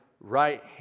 right